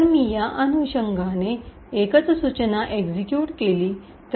जर मी या अनुषंगाने एकच सूचना एक्सिक्यूट केली तर